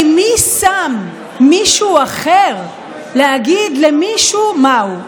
כי מי שם מישהו אחר להגיד למישהו מה הוא?